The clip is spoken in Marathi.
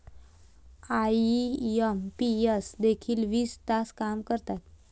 आई.एम.पी.एस देखील वीस तास काम करतात?